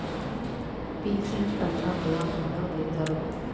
peasant ಅಂದ್ರ ಹೊಲ ಮಾಡೋ ರೈತರು